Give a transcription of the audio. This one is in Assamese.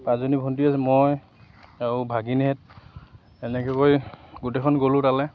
পাঁচজনী ভণ্টী আছিলে মই আৰু ভাগিনহঁত এনেকৈ কৰি গোটেইখন গ'লোঁ তালৈ